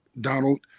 Donald